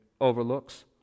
overlooks